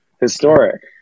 historic